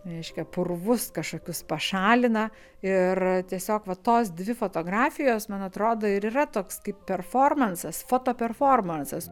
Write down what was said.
reiškia purvus kažkokius pašalina ir tiesiog va tos dvi fotografijos man atrodo ir yra toks kaip performansas foto performansas